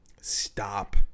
stop